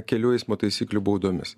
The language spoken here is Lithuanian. kelių eismo taisyklių baudomis